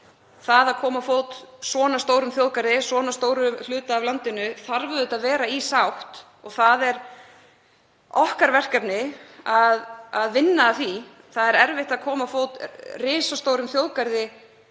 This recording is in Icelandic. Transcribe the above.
Það að koma á fót svona stórum þjóðgarði, svona stórum hluta af landinu, þarf auðvitað að vera í sátt og það er verkefni okkar að vinna að því. Það er erfitt að koma á fót risastórum þjóðgarði